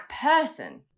person